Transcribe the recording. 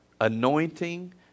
anointing